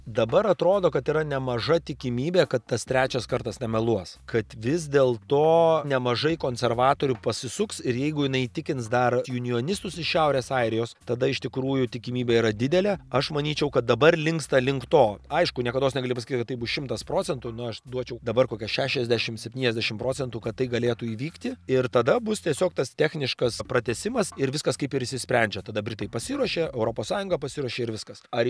dabar atrodo kad yra nemaža tikimybė kad tas trečias kartas nemeluos kad vis dėl to nemažai konservatorių pasisuks ir jeigu jinai įtikins dar junijonistus iš šiaurės airijos tada iš tikrųjų tikimybė yra didelė aš manyčiau kad dabar linksta link to aišku niekados negali pasakyt kad tai bus šimtas procentų nu aš duočiau dabar kokia šešiasdešimt septyniasdešimt procentų kad tai galėtų įvykti ir tada bus tiesiog tas techniškas pratęsimas ir viskas kaip ir išsisprendžia tada britai pasiruošia europos sąjunga pasiruošia ir viskas ar